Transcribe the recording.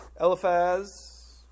Eliphaz